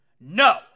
No